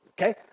okay